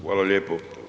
Hvala lijepo.